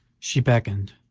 she beckoned,